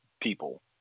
people